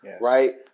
right